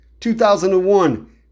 2001